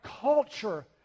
culture